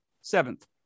seventh